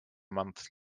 month